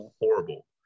horrible